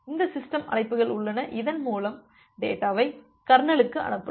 இந்த சிஸ்டம் அழைப்புகள் உள்ளன இதன் மூலம் டேட்டாவை கர்னலுக்கு அனுப்பலாம்